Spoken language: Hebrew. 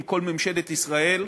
עם כל ממשלת ישראל,